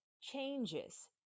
changes